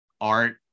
art